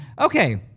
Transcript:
Okay